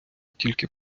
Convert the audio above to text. тільки